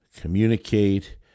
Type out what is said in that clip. communicate